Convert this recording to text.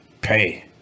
pay